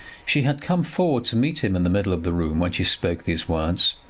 she had come forward to meet him in the middle of the room when she spoke these words,